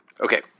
Okay